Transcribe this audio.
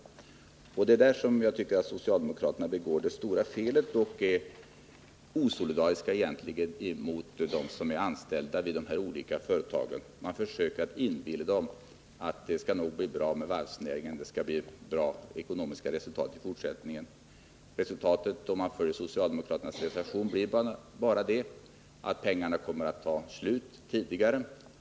169 Det är där som jag tycker att socialdemokraterna begår det stora felet och egentligen är osolidariska mot dem som är anställda vid de olika företagen. Man försöker inbilla dem att det nog skall bli bra med varvsnäringen, att de ekonomiska resultaten skall bli goda i fortsättningen. Men om man följer den socialdemokratiska reservationen blir resultatet bara att pengarna kommer att ta slut tidigare.